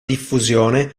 diffusione